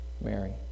Mary